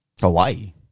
Hawaii